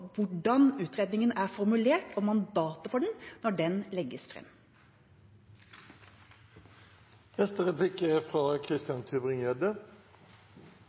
hvordan utredningen er formulert, og hva som er mandatet for den, når det legges